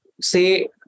say